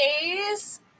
days